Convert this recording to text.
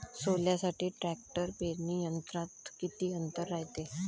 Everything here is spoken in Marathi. सोल्यासाठी ट्रॅक्टर पेरणी यंत्रात किती अंतर रायते?